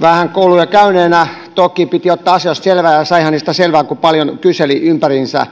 vähän kouluja käyneenä toki piti ottaa asioista selvää ja saihan niistä selvää kun paljon kyseli ympäriinsä